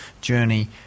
journey